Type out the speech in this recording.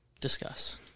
Discuss